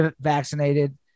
vaccinated